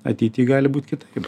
ateity gali būt kitaip